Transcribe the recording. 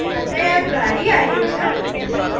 यातायात भारी आहे छा